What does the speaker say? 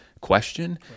question